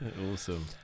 Awesome